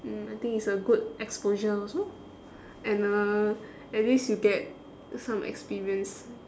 mm I think it's a good exposure also and uh at least you get some experience